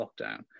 lockdown